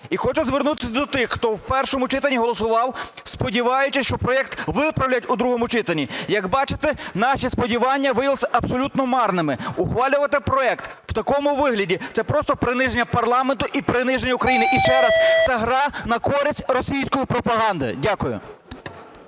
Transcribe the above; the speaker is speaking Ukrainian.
І хочу звернутися до тих, хто у першому читанні голосував, сподіваючись, що проект виправлять у другому читанні. Як бачите, наші сподівання виявилися абсолютно марними. Ухвалювати проект в такому вигляді – це просто приниження парламенту і приниження України. І ще раз: це гра на користь російської пропаганди. Дякую.